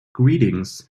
greetings